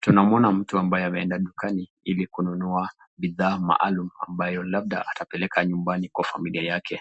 Tunamuona mtu ambaye ameenda dukani ili kununua bidhaa maalum ambayo labda atapeleka nyumbani kwa familia yake.